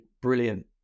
brilliant